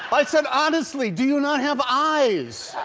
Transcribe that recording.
i said, honestly, do you not have eyes.